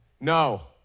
No